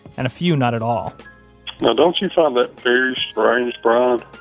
and a few not at all well, don't you find that very strange, brian?